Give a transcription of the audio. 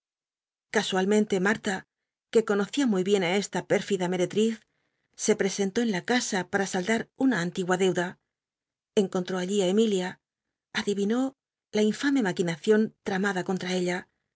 casualmente marta que conocía muy bien ü esla pérfida mcrctl'iz se ptescnló en la casa para saldar una an tigua deuda encontró allí emilia adiyinó la infame maquinacion tramada contra ella